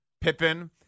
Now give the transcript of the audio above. Pippen